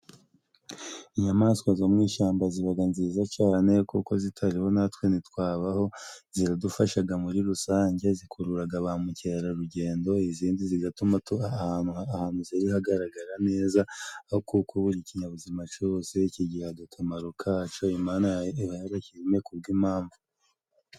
Inyamaswa zo mu ishamba zibaga nziza cane kuko zitariho natwe ntitwabaho ziradufashaga muri rusange zikururaga bamukerarugendo izindi zigatuma ahantu ahantu ziri hagaragara neza aho kuko buri kinyabuzima cose kigiha akamaro kaco imana iba yarakiremye kubw'impamvu.